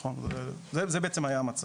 זה בעצם היה המצב.